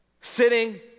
sitting